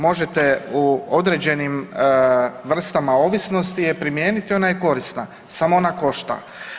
Možete u određenim vrstama ovisnosti je primijeniti, ona je korisna, samo ona košta.